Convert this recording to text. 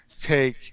take